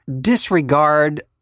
disregard